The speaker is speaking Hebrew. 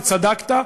וצדקת,